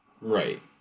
right